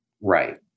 right